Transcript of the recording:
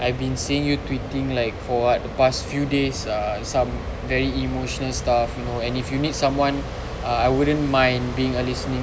I've been seeing you tweeting like for what the past few days ah some very emotional stuff you know and if you need someone ah I wouldn't mind being your listening